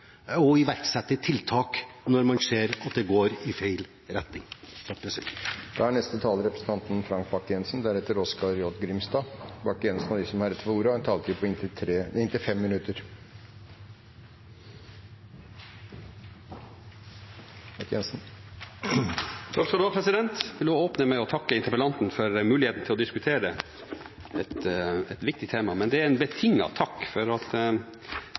å iverksette tiltak når man ser at det går i feil retning. Jeg vil åpne med å takke interpellanten for muligheten til å diskutere et viktig tema, men det er en betinget takk, for det er et veldig skjørt tema vi behandler nå. Når interpellanten spør hvordan vi kan legge til rette for at